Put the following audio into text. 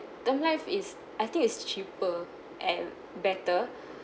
term life is I think it's cheaper and better